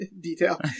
detail